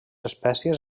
espècies